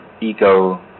ego